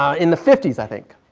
in the fifty s i think.